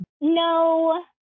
No